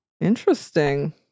interesting